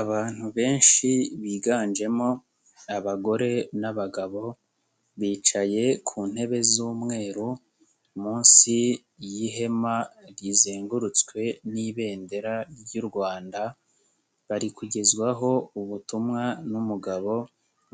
Abantu benshi biganjemo abagore n'abagabo, bicaye ku ntebe z'umweru munsi y'ihema rizengurutswe n'ibendera ry'u Rwanda, bari kugezwaho ubutumwa n'umugabo